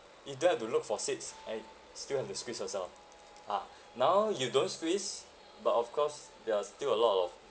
you don't have to look for seats and still have to squeeze yourself ah ah now you don't squeeze but of course there are still a lot of